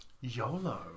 YOLO